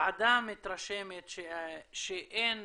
הוועדה מתרשמת שאין